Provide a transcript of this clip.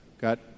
got